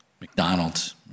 McDonald's